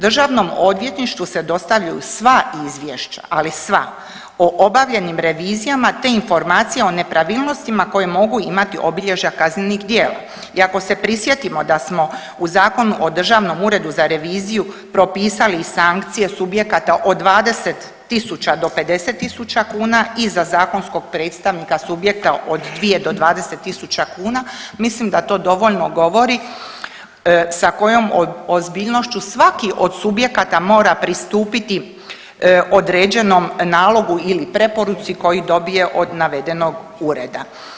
Državnom odvjetništvu se dostavljaju sva izvješća, ali sva o obavljenim revizijama, te informacijama o nepravilnostima koje mogu imati obilježja kaznenih djela i ako se prisjetimo da smo u Zakonu o državnom uredu za reviziju propisali i sankcije subjekata od 20 tisuća do 50 tisuća kuna i za zakonskog predstavnika subjekta od 2 do 20 tisuća kuna mislim da to dovoljno govori sa kojom ozbiljnošću svaki od subjekata mora pristupiti određenom nalogu ili preporuci koji dobije od navedenog ureda.